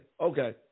Okay